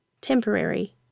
temporary